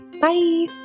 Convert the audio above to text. Bye